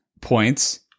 points